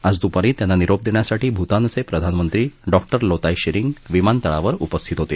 आज दुपारी त्यांना निरोप देण्यासाठी भूतानचे प्रधानमंत्री डॉ लोताय शेरिंग विमानतळावर उपस्थित होते